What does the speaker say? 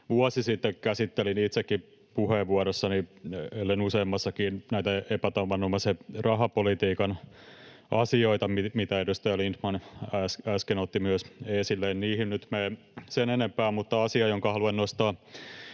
Vuosi sitten käsittelin itsekin puheenvuorossani, ellen useammassakin, näitä epätavanomaisen rahapolitiikan asioita, mitä myös edustaja Lindtman äsken otti esille. Niihin nyt en mene sen enempää, mutta asia, jonka haluan nostaa